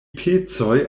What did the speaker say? pecoj